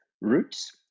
roots